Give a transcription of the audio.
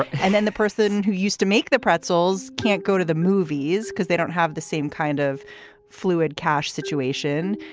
and then the person who used to make the pretzels can't go to the movies because they don't have the same kind of fluid cash situation.